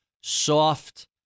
soft